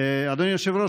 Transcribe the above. אדוני היושב-ראש,